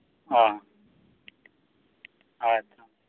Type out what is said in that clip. ᱦᱮᱸ ᱟᱪᱪᱷᱟ